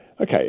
Okay